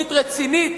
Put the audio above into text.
תוכנית רצינית.